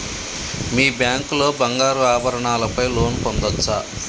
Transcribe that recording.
మీ bank లో బంగారు ఆభరణాల పై లోన్ పొందచ్చా?